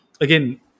again